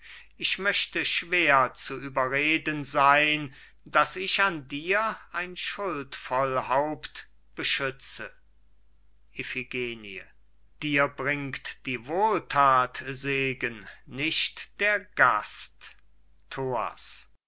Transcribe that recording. ich möchte schwer zu überreden sein daß ich an dir ein schuldvoll haupt beschütze iphigenie dir bringt die wohlthat segen nicht der gast